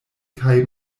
kaj